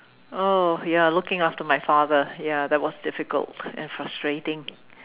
oh ya looking after my father ya that was difficult and frustrating